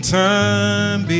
time